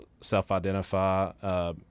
self-identify